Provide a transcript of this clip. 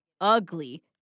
ugly